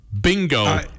bingo